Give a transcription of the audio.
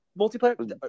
Multiplayer